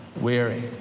weary